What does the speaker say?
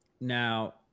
Now